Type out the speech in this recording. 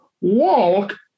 walk